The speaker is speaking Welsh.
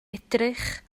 edrych